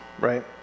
right